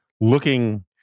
looking